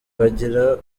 bagiraga